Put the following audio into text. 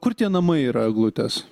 kur tie namai yra eglutės